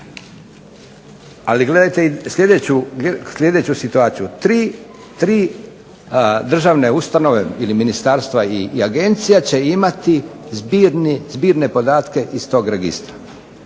Ali gledajte i sljedeću situaciju, tri državne ustanove ili ministarstva i agencije će imati zbirne podatke iz tog registra,